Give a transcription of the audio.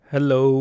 Hello